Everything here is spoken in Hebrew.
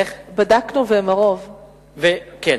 כן.